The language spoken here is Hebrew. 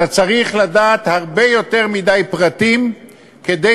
אתה צריך לדעת הרבה יותר מדי פרטים כדי